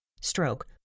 stroke